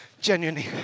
Genuinely